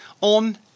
on